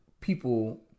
People